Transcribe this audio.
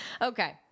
Okay